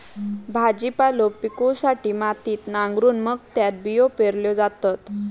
भाजीपालो पिकवूसाठी मातीत नांगरून मग त्यात बियो पेरल्यो जातत